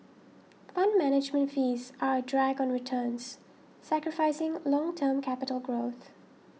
fund management fees are a drag on returns sacrificing long term capital growth